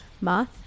moth